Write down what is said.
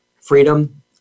Freedom